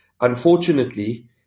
unfortunately